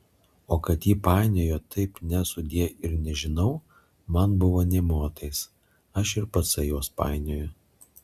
o kad ji painiojo taip ne sudie ir nežinau man buvo nė motais aš ir patsai juos painiojau